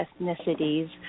ethnicities